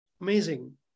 Amazing